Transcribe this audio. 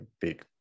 big